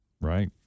Right